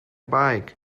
bike